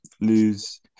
lose